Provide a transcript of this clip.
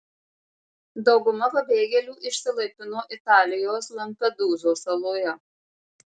dauguma pabėgėlių išsilaipino italijos lampedūzos saloje